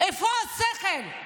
איפה השכל?